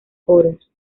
coros